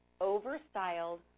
over-styled